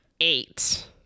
Eight